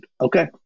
okay